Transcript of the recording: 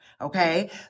okay